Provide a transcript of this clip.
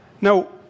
Now